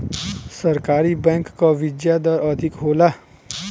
सरकारी बैंक कअ बियाज दर अधिका होला